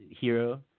Hero